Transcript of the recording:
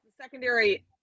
secondary